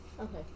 Okay